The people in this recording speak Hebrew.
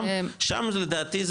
שם זה דעתי,